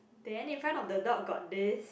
then in front of the dog got this